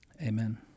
Amen